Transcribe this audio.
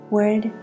Word